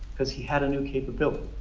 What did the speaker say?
because he had a new capability.